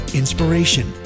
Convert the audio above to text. inspiration